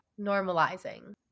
normalizing